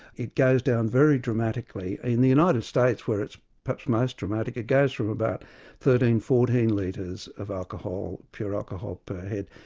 it goes down very dramatically. in the united states where it's perhaps most dramatic, it goes from about thirteen, fourteen litres of alcohol, pure alcohol per head,